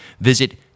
Visit